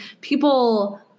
people